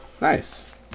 nice